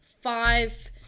Five